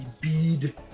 bead